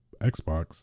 Xbox